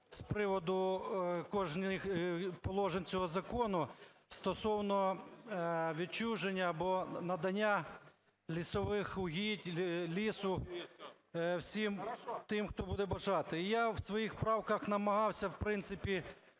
з приводу кожних положень цього закону стосовно відчуження або надання лісових угідь, лісу всім тим, хто буде бажати. Я в своїх правках намагався, в принципі,